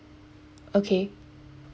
okay